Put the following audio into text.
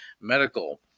medical